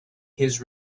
his